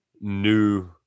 new